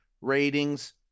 ratings